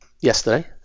yesterday